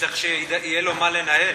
צריך שיהיה לו מה לנהל.